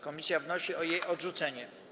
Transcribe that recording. Komisja wnosi o jej odrzucenie.